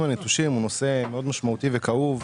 הנטושים הוא נושא מאוד משמעותי וכאוב,